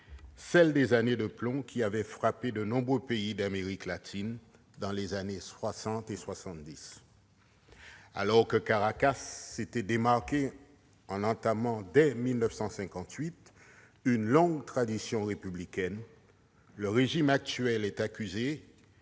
celle des « années de plomb » qu'avaient subies de nombreux pays d'Amérique latine au cours des décennies 1960 et 1970. Alors que Caracas s'était démarquée en entamant dès 1958 une longue tradition démocratique, le régime actuel est accusé